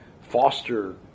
foster